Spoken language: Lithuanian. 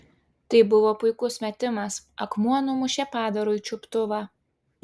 tai buvo puikus metimas akmuo numušė padarui čiuptuvą